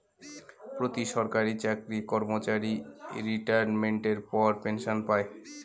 প্রতি সরকারি চাকরি কর্মচারী রিটাইরমেন্টের পর পেনসন পায়